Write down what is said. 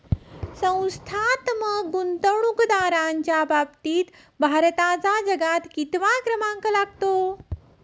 संस्थात्मक गुंतवणूकदारांच्या बाबतीत भारताचा जगात कितवा क्रमांक लागतो?